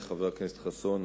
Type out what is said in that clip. תודה רבה לחבר הכנסת חסון.